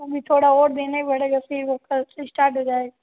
अभी थोड़ा और देना पड़ेगा फिर वो कल से स्टार्ट हो जाएगा